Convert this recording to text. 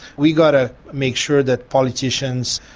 we've got to make sure that politicians,